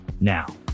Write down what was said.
Now